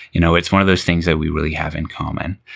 you know, it's one of those things that we really have in common.